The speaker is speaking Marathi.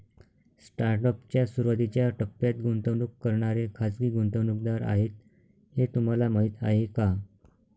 स्टार्टअप च्या सुरुवातीच्या टप्प्यात गुंतवणूक करणारे खाजगी गुंतवणूकदार आहेत हे तुम्हाला माहीत आहे का?